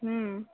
ம்